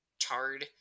tard